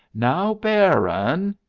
now, baron!